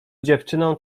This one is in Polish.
dziewczyną